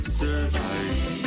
survive